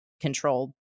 control